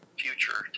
future